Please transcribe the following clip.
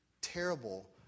terrible